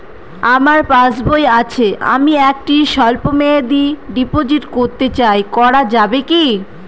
আমার পাসবই আছে আমি একটি স্বল্পমেয়াদি ডিপোজিট করতে চাই করা যাবে কি?